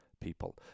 people